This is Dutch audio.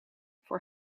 voor